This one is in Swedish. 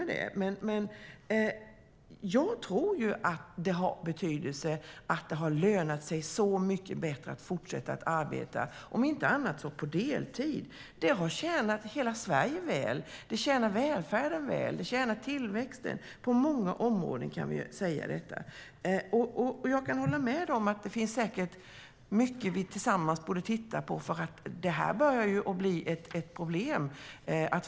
Men jag tror att det har betydelse att det har lönat sig så mycket bättre att fortsätta att arbeta, om inte annat så på deltid. Det har tjänat hela Sverige väl. Det tjänar välfärden väl. Det tjänar tillväxten. På många områden kan vi säga detta. Jag kan hålla med om att det säkert finns mycket vi tillsammans borde titta på. Det här börjar bli ett problem.